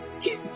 keep